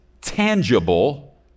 Tangible